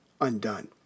undone